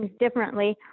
differently